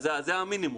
זה המינימום.